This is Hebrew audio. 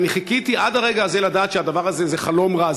ואני חיכיתי עד הרגע הזה לדעת שהדבר הזה זה חלום רע.